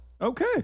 okay